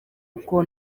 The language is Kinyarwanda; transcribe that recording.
uko